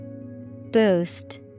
Boost